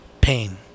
pain